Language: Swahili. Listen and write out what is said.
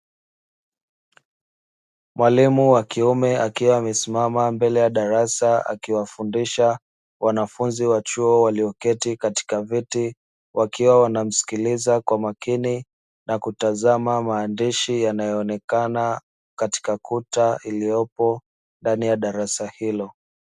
Mwalimu wa kiume akiwa amesimama mbele ya darasa akiwafundisha wanafunzi wa chuo walioketi katika viti, wakiwa wanamsikiliza kwa makini na kutazama maandishi yanayoonekana katika kuta iliyopo ndani ya darasa hilo.